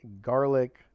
garlic